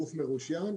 גוף מרושיין.